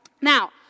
Now